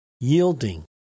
yielding